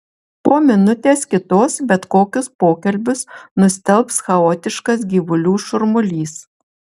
po minutės kitos bet kokius pokalbius nustelbs chaotiškas gyvulių šurmulys